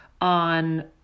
on